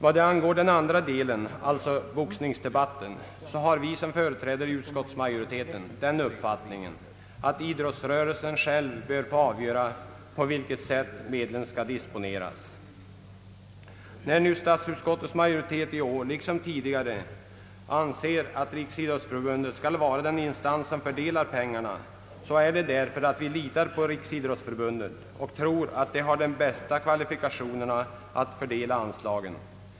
Vad angår den andra delen, alltså boxningsdebatten, har vi som företräder utskottsmajoriteten den uppfattningen att idrottsrörelsen själv bör få avgöra på vilket sätt medlen skall disponeras. När nu statsutskottets majoritet i år liksom tidigare anser att Riksidrottsförbundet skall vara den instans som fördelar pengarna, så är det väl därför att vi litar på Riksidrottsförbundet och tror att det har de bästa kvalifikationerna att fördela anslagen.